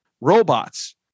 robots